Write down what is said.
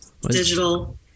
Digital